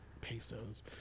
pesos